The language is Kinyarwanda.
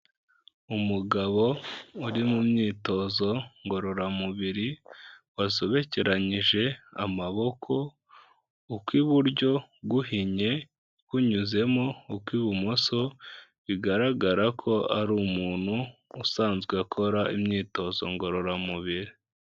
Umugabo uri mu myitozo ngororamubiri, wasobekeranyije amaboko, ukw'iburyo guhinnye kunyuzemo ukw'ibumoso, bigaragara ko ari umuntu usanzwe akora imyitozo ngororamubiri.